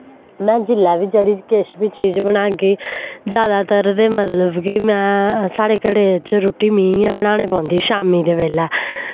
मैं जिल्लै बी जेह्ड़ी किश बी चीज बनागी जैदातर ते मतलब कि मैं साढ़े घरे च रुट्टी मीं गै बनाने पौंदी शामीं दे बेल्लै